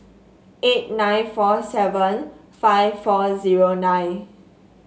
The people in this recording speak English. eight nine four seven five four zero nine